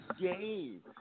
game